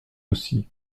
aussi